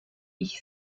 ich